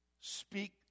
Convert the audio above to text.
speak